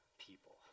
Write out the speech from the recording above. people